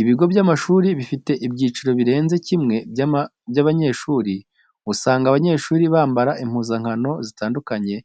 Ibigo by'amashuri bifite ibyiciro birenze kimwe by'abanyeshuri, usanga abanyeshuri bambara impuzankano zitandukanye